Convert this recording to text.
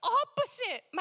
opposite